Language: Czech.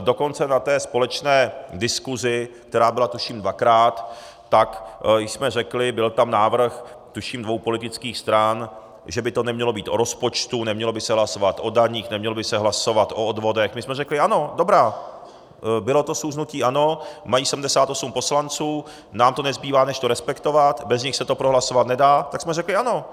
Dokonce na té společné diskusi, která byla tuším dvakrát, tak jsme řekli byl tam návrh tuším dvou politických stran, že by to nemělo být o rozpočtu, nemělo by se hlasovat o daních, nemělo by se hlasovat o odvodech my jsme řekli ano, dobrá, bylo to z úst hnutí ANO, mají 78 poslanců, nám nezbývá než to respektovat, bez nich se to prohlasovat nedá, tak jsme řekli ano.